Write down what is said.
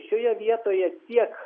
šioje vietoje tiek